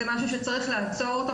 צריך לעצור את זה.